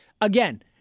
Again-